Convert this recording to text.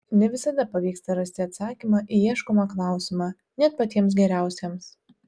ne visada pavyksta rasti atsakymą į ieškomą klausimą net patiems geriausiems